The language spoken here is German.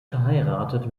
verheiratet